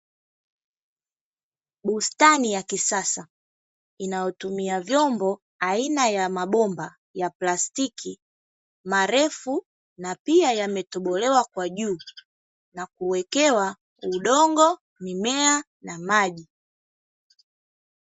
Bustani ya kisasa inayotumia vyombo aina ya mabomba ya plastiki marefu, na pia yametobolewa kwa juu na kuwekewa udongo, mimea na maji.